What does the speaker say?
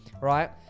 right